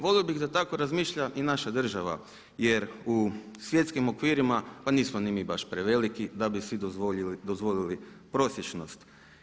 Volio bih da tako razmišlja i naša država jer u svjetskim okvirima, pa nismo ni mi baš preveliki da bi si dozvolili prosječnost.